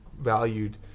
valued